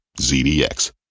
ZDX